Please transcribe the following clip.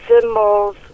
symbols